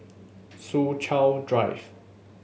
Soo Chow Drive